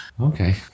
Okay